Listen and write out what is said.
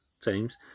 teams